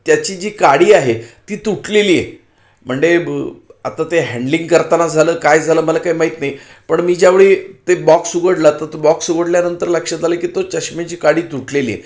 त्याची जी काडी आहे ती तुटलेली आहे म्हणजे ब आता ते हॅन्डलिंग करताना झालं काय झालं मला काय माहीत नाही पण मी ज्यावेळी ते बॉक्स उघडला तर तो बॉक्स उघडल्यानंतर लक्षात आलं की तो चष्म्याची काडी तुटलेली आहे